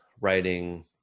writing